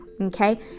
okay